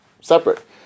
separate